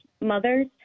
Mothers